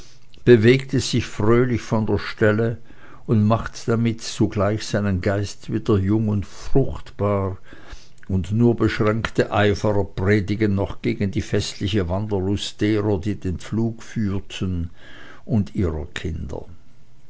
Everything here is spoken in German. es sich fröhlich von der stelle und macht damit zugleich seinen geist wieder jung und fruchtbar und nur beschränkte eiferer predigen noch gegen die festliche wanderlust derer die den pflug führen und ihrer kinder